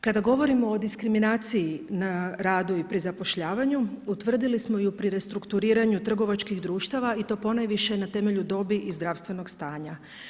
Kada govorimo o diskriminaciji na radu i pri zapošljavanju utvrdili smo i pri restrukturiranju trgovačkih društava i to ponajviše na temelju dobi i zdravstvenog stanja.